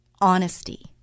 honesty